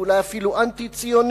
ואולי אפילו אנטי-ציוני,